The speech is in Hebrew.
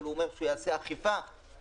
אבל הוא אומר שהוא יעשה אכיפה בדיעבד,